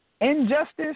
injustice